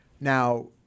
Now